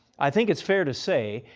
i think its fair to say,